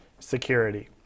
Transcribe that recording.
security